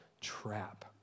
trap